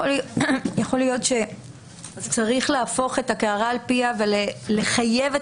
יכול להיות שצריך להפוך את הקערה על פיה ולחייב את